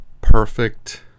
perfect